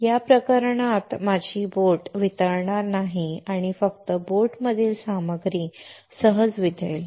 या प्रकरणात माझी बोट मेल्ट होणार नाही आणि फक्त बोटमधील सामग्री सहज वितळेल